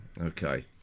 Okay